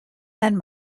and